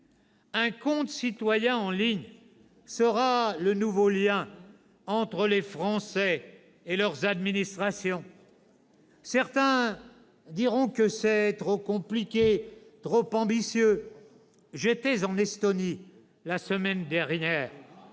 Un " compte citoyen en ligne " sera le nouveau lien entre les Français et leurs administrations. Certains diront que c'est trop compliqué, trop ambitieux. J'étais en Estonie la semaine dernière.